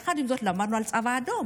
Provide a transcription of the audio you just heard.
יחד עם זאת, למדנו על הצבא האדום.